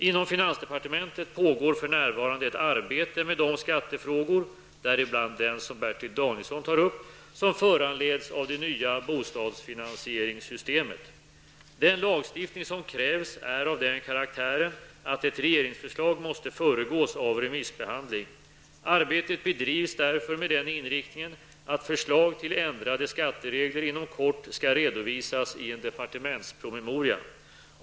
Inom finansdepartementet pågår för närvarande ett arbete med de skattefrågor -- däribland den som Bertil Danielsson tar upp -- som föranleds av det nya bostadsfinansieringssystemet. Den lagstiftning som krävs är av den karaktären att ett regeringsförslag måste föregås av remissbehandling. Arbetet bedrivs därför med den inriktningen att förslag till ändrade skatteregler inom kort skall redovisas i en departementspromemoria.